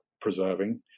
preserving